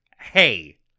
hey